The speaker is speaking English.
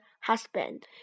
husband